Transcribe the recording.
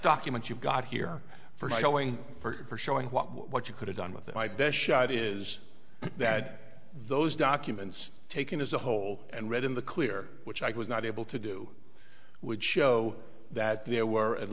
document you've got here for knowing for showing what you could have done with it my best shot is that those documents taken as a whole and read in the clear which i was not able to do would show that there were at